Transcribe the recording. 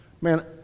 Man